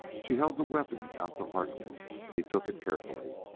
she held the weapon out to harkness he took it carefully.